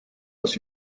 aus